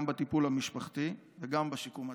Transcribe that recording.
גם בטיפול המשפחתי וגם בשיקום התעסוקתי.